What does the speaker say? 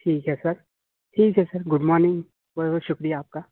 ٹھیک ہے سر ٹھیک ہے سر گڈ مارننگ بہت بہت شکریہ آپ کا